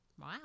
Wow